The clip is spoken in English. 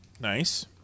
Nice